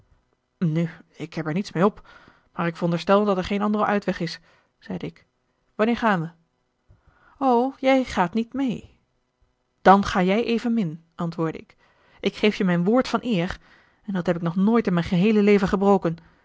nu ik heb er niets mee op maar ik veronderstel dat er geen andere uitweg is zeide ik wanneer gaan wij o jij gaat niet mee dan ga jij evenmin antwoordde ik ik geef je mijn woord van eer en dat heb ik nog nooit in mijn geheele leven